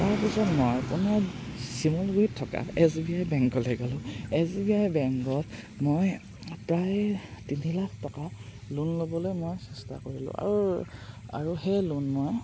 তাৰপিছত মই পুনৰ চিমলগুৰিত থকা এছ বি আই বেংকলৈ গ'লোঁ এছ বি আই বেংকত মই প্ৰায় তিনি লাখ টকা লোন ল'বলৈ মই চেষ্টা কৰিলোঁ আৰু আৰু সেই লোন মই